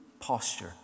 posture